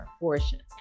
portions